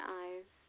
eyes